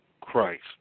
Christ